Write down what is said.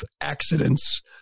Accidents